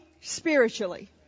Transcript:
spiritually